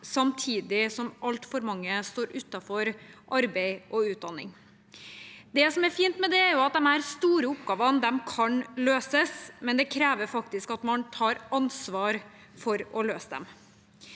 samtidig som altfor mange står utenfor arbeid og utdanning. Det som er fint med det, er at disse store oppgavene kan løses, men det krever faktisk at man tar ansvar for å løse dem.